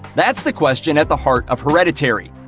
that's the question at the heart of hereditary.